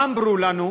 מה אמרו לנו?